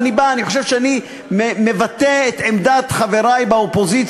אני חושב שאני מבטא את עמדת כל חברי מהאופוזיציה.